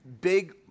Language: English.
big